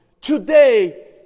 today